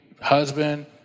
husband